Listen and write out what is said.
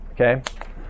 okay